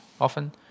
often